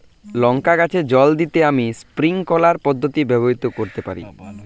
লঙ্কা গাছে জল দিতে আমি স্প্রিংকলার পদ্ধতি ব্যবহার করতে পারি?